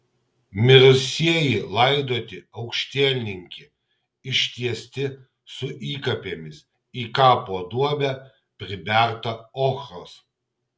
mirusieji laidoti aukštielninki ištiesti su įkapėmis į kapo duobę priberta ochros